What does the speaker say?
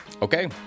Okay